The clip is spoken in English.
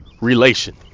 relation